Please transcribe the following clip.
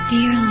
Dear